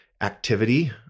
activity